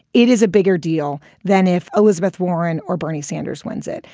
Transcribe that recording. it is a bigger deal than if elizabeth warren or bernie sanders wins it.